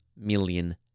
million